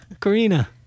Karina